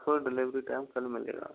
delivery time कल मिलेगा